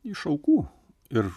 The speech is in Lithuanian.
iš aukų ir